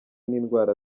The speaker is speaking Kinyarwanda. n’indwara